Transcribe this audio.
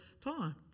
time